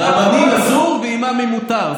רבנים אסור, ואימאמים מותר.